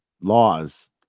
laws